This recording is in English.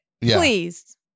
please